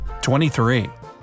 23